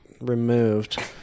removed